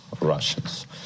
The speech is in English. Russians